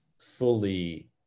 fully